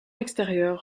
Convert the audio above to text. extérieur